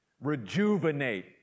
rejuvenate